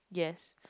yes